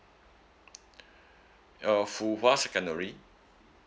uh fu hwa secondary